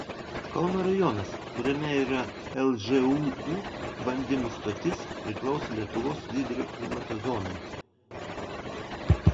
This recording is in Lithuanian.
kauno rajonas kuriame yra lžūu bandymų stotis priklauso lietuvos vidurio klimato zonai